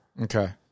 Okay